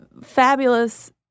fabulous